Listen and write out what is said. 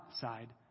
side